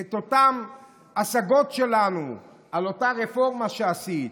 את אותן השגות שלנו על אותה רפורמה שעשית.